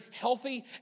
healthy